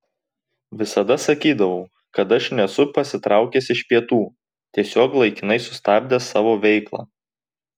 visada sakydavau kad aš nesu pasitraukęs iš pietų tiesiog laikinai sustabdęs savo veiklą